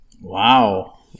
Wow